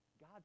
God